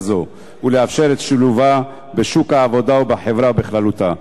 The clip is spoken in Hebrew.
זו ולאפשר את שילובה בשוק העבודה ובחברה בכללותה.